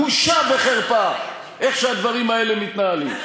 בושה וחרפה איך שהדברים האלה מתנהלים.